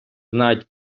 знають